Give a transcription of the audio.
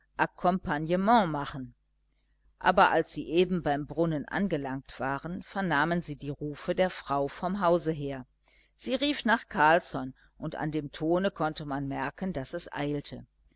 akkompagnement machen aber als sie eben beim brunnen angelangt waren vernahmen sie die rufe der frau vom hause her sie rief nach carlsson und an dem tone konnte man merken daß es eilte